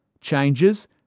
changes